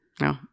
No